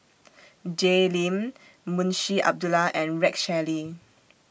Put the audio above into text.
Jay Lim Munshi Abdullah and Rex Shelley